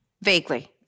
Vaguely